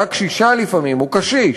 אותה קשישה לפעמים או קשיש,